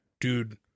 dude